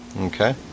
Okay